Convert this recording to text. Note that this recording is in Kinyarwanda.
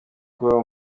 kubaho